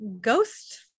ghost